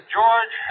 George